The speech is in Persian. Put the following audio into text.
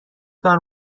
کار